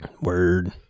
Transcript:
Word